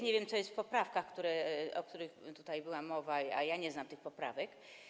Nie wiem, co jest w poprawkach, o których tutaj była mowa, nie znam tych poprawek.